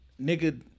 Nigga